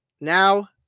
Now